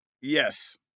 Yes